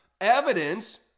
evidence